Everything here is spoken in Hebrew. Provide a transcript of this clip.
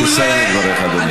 תסיים את דבריך, אדוני.